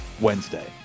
Wednesday